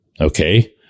okay